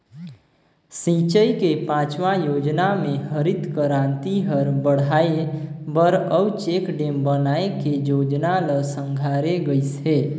सिंचई के पाँचवा योजना मे हरित करांति हर बड़हाए बर अउ चेकडेम बनाए के जोजना ल संघारे गइस हे